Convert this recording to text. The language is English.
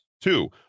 Two